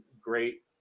great